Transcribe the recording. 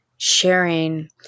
sharing